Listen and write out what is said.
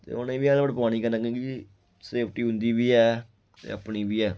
ते उनें बी हेलमेट पुआनी कन्नै क्योंकि सेफ्टी उंदी बी ऐ ते अपनी बी ऐ